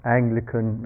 Anglican